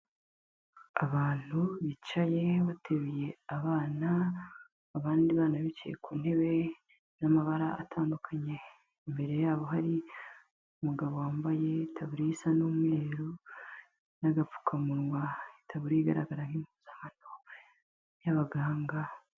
Abantu bicaye bateruye abana, abandi bana bicaye ku ntebe z'amabara atandukanye, imbere yabo hari umugabo wambaye itaburiya y'umweru n'agapfukamunwa, itaburiya igaragara nk'impuzankano y'abaganga.